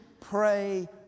pray